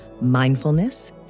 mindfulness